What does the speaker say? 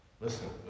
Listen